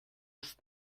ist